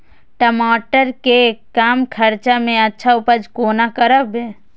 टमाटर के कम खर्चा में अच्छा उपज कोना करबे?